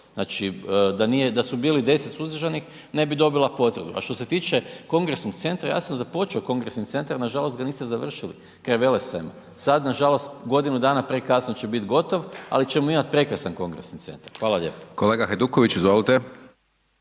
Znači da su bili 10 suzdržanih ne bi dobila potvrdu. A što se tiče kongresnog centra ja sam započeo kongresni centar nažalost ga niste završili, kraj Velesajma, sad nažalost godinu dana će prekasno bit gotov, ali ćemo imati prekrasan kongresni centar. Hvala lijepo. **Hajdaš Dončić, Siniša